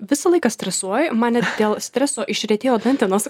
visą laiką stresuoju man net dėl streso išretėjo dantenos